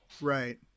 right